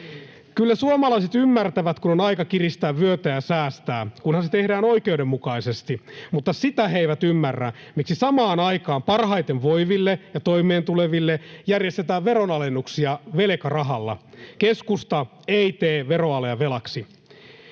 Kyllä suomalaiset ymmärtävät, kun on aika kiristää vyötä ja säästää, kunhan se tehdään oikeudenmukaisesti. Mutta sitä he eivät ymmärrä, miksi samaan aikaan parhaiten voiville ja toimeentuleville järjestetään veronalennuksia velkarahalla. Keskusta ei tee veroalea velaksi.